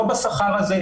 לא בשכר הזה,